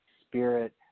spirit